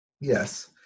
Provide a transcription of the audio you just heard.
Yes